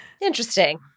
interesting